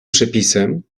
przepisem